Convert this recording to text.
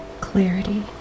clarity